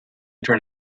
turn